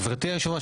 גבירתי היושבת ראש,